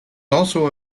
also